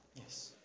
Yes